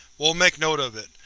we'll make note of it.